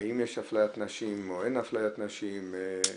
האם יש אפליית נשים או אין אפליית נשים חרדיות.